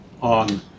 on